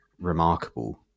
remarkable